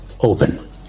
open